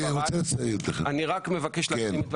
אני מבקש להשלים.